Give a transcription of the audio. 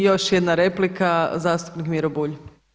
I još jedna replika zastupnik Miro Bulj.